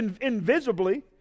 invisibly